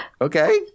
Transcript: okay